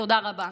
תודה רבה.